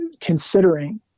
considering